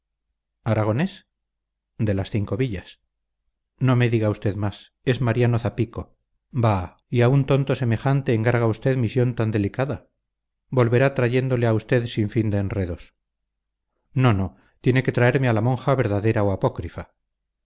aragonés de las cinco villas no me diga usted más es mariano zapico bah ya un tonto semejante encarga usted misión tan delicada volverá trayéndole a usted sinfín de enredos no no tiene que traerme a la monja verdadera o apócrifa